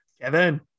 Kevin